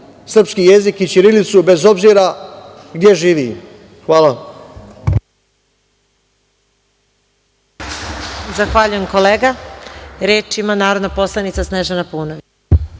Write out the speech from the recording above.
srpski jezik i ćirilicu, bez obzira gde živi. Hvala